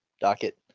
docket